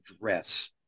dress